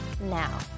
now